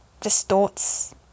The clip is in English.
distorts